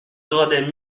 gardait